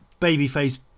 babyface